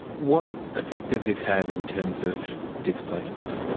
what effect does this have in terms of displacement?